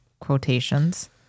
quotations